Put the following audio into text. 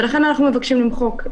ולכן אנחנו מבקשים למחוק.